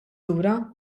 lura